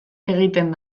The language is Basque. egiten